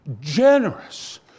generous